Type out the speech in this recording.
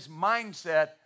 mindset